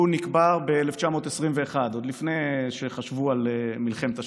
הוא נקבר ב-1921, עוד לפני שחשבו על מלחמת השחרור.